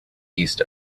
east